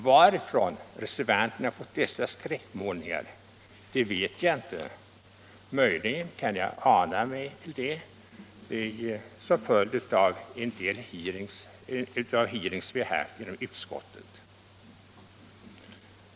Varifrån reservanterna fått dessa skräckmålningar vet jag inte; möjligen kan jag ana mig till det som en följd av de hearings vi haft inom utskottet.